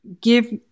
give